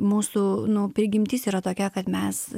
mūsų prigimtis yra tokia kad mes